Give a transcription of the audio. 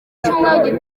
cyumweru